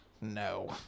No